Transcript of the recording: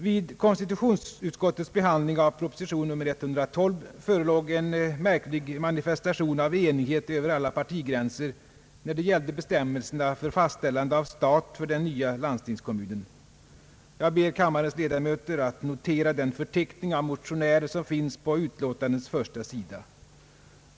Vid konstitutionsutskottets behandling av proposition nr 112 förelåg en märklig manifestation av enighet över alla partigränser, när det gällde bestämmelserna för fastställande av stat för den nya landstingskommunen. Jag ber kammarens ledamöter att notera den förteckning av motionärer som finns på utlåtandets första sida.